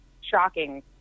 shocking